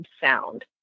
sound